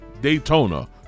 Daytona